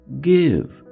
Give